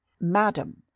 Madam